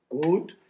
good